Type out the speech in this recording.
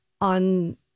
on